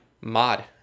mod